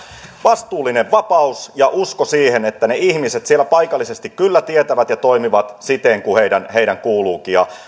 vastuullinen vapaus ja usko siihen että ne ihmiset siellä paikallisesti kyllä tietävät ja toimivat siten kuin heidän heidän kuuluukin